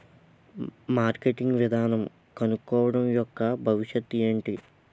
Marketing విధానం కనుక్కోవడం యెక్క భవిష్యత్ ఏంటి?